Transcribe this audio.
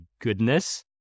goodness